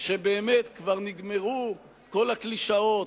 שבאמת כבר נגמרו כל הקלישאות,